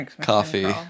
coffee